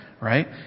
right